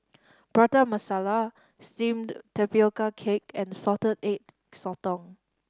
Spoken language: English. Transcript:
Prata Masala Steamed Tapioca Cake and Salted Egg Sotong